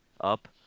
up